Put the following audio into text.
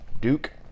Duke